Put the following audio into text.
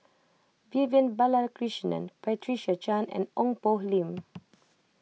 Vivian Balakrishnan Patricia Chan and Ong Poh Lim